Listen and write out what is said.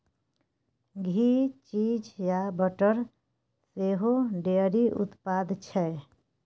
घी, cheese आ butter सेहो dairy उत्पाद छै